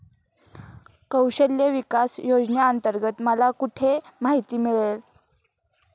कौशल्य विकास योजनेअंतर्गत मला कुठे माहिती मिळेल?